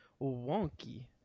wonky